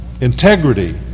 Integrity